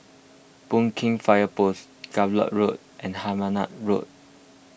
Boon Keng Fire Post Gallop Road and Hemmant Road